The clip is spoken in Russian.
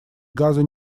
газы